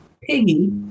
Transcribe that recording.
piggy